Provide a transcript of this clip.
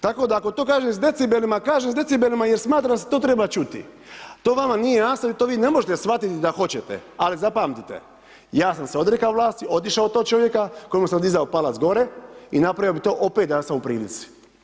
Tako da ako to kažeš sa decibelima, kažeš s decibelima jer smatraš da se to treba čuti, to vama nije jasno i to vi ne možete shvatiti da hoćete ali zapamtite, ja sam se odrekao vlasti, otišao od tog čovjeka kojemu sam dizao palac gore i napravio bi to opet da sam u prilici.